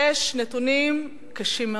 יש נתונים קשים מאוד: